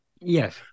Yes